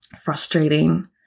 frustrating